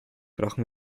brauchen